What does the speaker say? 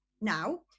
now